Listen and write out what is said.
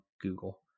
google